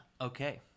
Okay